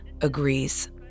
agrees